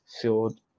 field